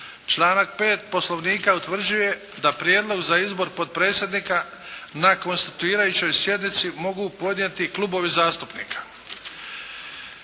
Članak 5. Poslovnika utvrđuje da prijedlog za izbor potpredsjednika na Konstituirajućoj sjednici mogu podnijeti klubovi zastupnika.